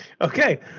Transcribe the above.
Okay